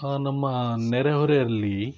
ಹಾಂ ನಮ್ಮ ನೆರೆಹೊರೆಯಲ್ಲಿ